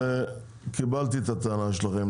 קיבלתי את הטענה שלכם.